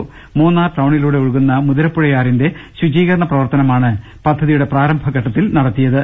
മൂ ട ന്നാർ ടൌണിലൂടെ ഒഴുകുന്ന മുതിരപ്പുഴയാറിന്റെ ശുചീകരണ പ്രവർത്തന മാണ് പദ്ധതിയുടെ പ്രാരംഭഘട്ടത്തിൽ നടത്തിയത്